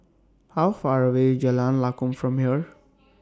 How Far away IS Jalan Lakum from here